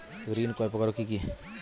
ঋণ কয় প্রকার ও কি কি?